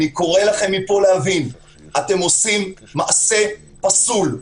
אני קורא לכם מפה להבין שאתם עושים מעשה פסול.